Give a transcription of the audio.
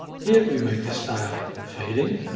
here we make the style fading,